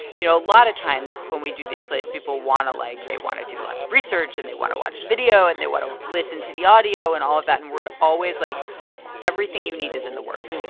you know, a lot of times when we do these these plays, people want to like they want to do lots of research and they want to watch video and they want to listen to the audio and all of that. and we're always like everything you need is in the words.